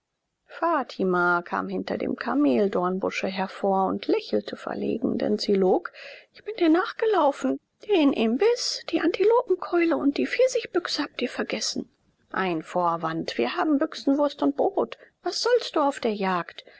fatima kam hinter dem kameldornbusche hervor und lächelte verlegen denn sie log ich bin dir nachgelaufen den imbiß die antilopenkeule und die pfirsichbüchse habt ihr vergessen ein vorwand wir haben büchsenwurst und brot was sollst du auf der jagd